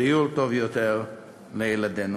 דיור טוב יותר לילדינו.